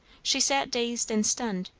she sat dazed and stunned,